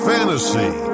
Fantasy